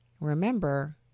Remember